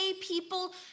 people